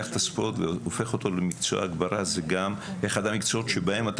את הספורט למקצוע מוגבר זה גם אחד המקצועות שבהם אתה